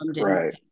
Right